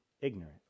ignorant